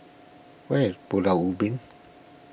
where is Pulau Ubin